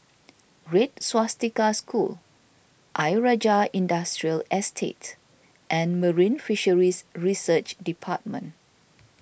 Red Swastika School Ayer Rajah Industrial Estate and Marine Fisheries Research Department